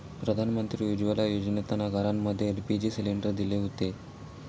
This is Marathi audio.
प्रधानमंत्री उज्ज्वला योजनेतना घरांमध्ये एल.पी.जी सिलेंडर दिले हुते